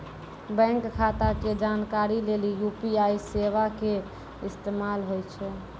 bank खाता के जानकारी लेली यू.पी.आई सेबा के इस्तेमाल होय छै